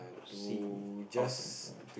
see how things